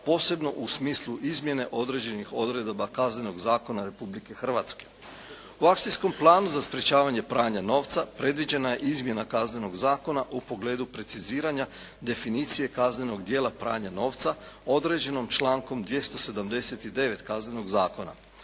posebno u smislu izmjene određenih odredaba Kaznenog zakona Republike Hrvatske. U Akcijskom planu za sprječavanje pranja novca predviđena je izmjena Kaznenog zakona u pogledu preciziranja definicije kaznenog djela pranja novca određenom člankom 279. Kaznenog zakona.